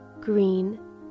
green